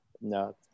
No